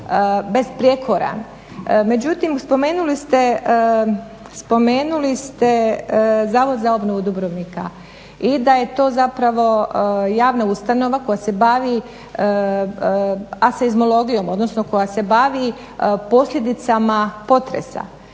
besprijekoran. Međutim spomenuli ste Zavod za obnovu Dubrovnika i da je to javna ustanova koja se bavi seizmologijom odnosno koja se bavi posljedicama potresa,